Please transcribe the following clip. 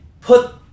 put